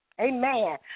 Amen